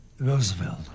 Roosevelt